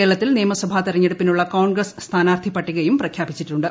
കേരളത്തിൽ നിയമസഭാ തെരഞ്ഞെടുപ്പിനുള്ള കോൺഗ്രസ് സ്ഥാനാർത്ഥി പട്ടികയും പ്രഖ്യാപിച്ചിട്ടുണ്ട്